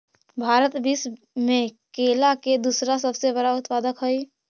भारत विश्व में केला के दूसरा सबसे बड़ा उत्पादक हई